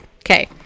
Okay